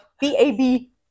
B-A-B